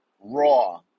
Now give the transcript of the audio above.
Raw